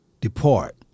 depart